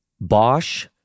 Bosch